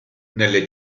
nelle